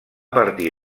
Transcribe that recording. partir